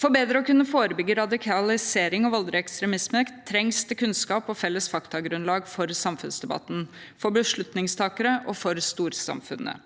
For bedre å kunne forebygge radikalisering og voldelig ekstremisme trengs det kunnskap og felles faktagrunnlag for samfunnsdebatten, for beslutningstakere og for storsamfunnet.